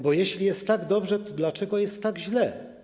Bo jeśli jest tak dobrze, to dlaczego jest tak źle?